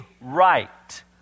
right